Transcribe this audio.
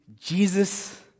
Jesus